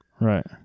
Right